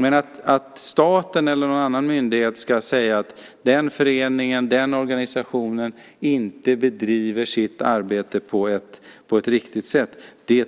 Men att staten eller någon annan myndighet ska säga att den föreningen eller den organisationen inte bedriver sitt arbete på ett riktigt sätt